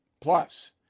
Plus